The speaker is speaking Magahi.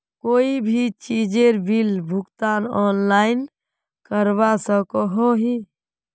कोई भी चीजेर बिल भुगतान ऑनलाइन करवा सकोहो ही?